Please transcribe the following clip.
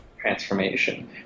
transformation